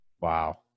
Wow